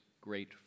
great